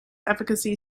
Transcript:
efficacy